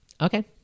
Okay